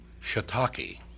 shiitake